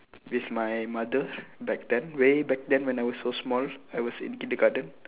with my mother back then way back then when I was so small I was in kindergarten